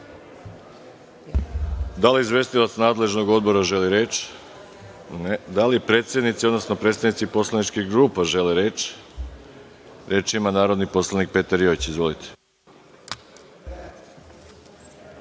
Da li izvestilac nadležnog odbora želi reč? (Ne.)Da li predsednici, odnosno predstavnici poslaničkih grupa žele reč? Reč ima narodni poslanik Petar Jojić. Izvolite.